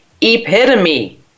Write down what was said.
epitome